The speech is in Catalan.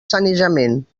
sanejament